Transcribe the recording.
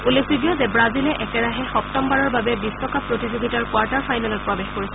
উল্লেখযোগ্য যে ৱাজিলে একেৰাহে সপ্তমবাৰৰ বাবে বিশ্বকাপ প্ৰতিযোগিতাৰ কোৱাৰ্টাৰ ফাইনেলত প্ৰবেশ কৰিছে